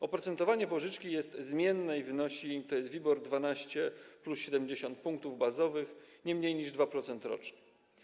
Oprocentowanie pożyczki jest zmienne i wynosi WIBOR 12M plus 70 punktów bazowych, nie mniej niż 2% rocznie.